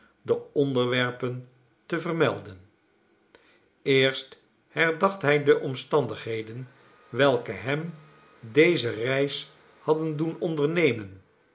de onderwerpen te vermelden eerst herdacht hij de omstandigheden welke hem deze reis hadden doen ondernemen